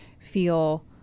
feel